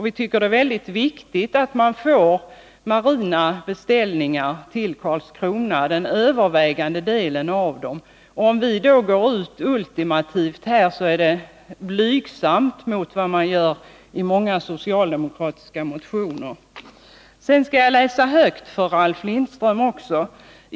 Vi tycker att det är väldigt viktigt att man får den övervägande delen av de marina beställningarna till Karlskrona. Om vi då går ut ultimativt här är det blygsamt mot vad man gör i många socialdemokratiska motioner. Sedan skall jag läsa högt för Ralf Lindström.